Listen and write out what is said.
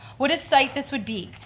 what a sight this would be.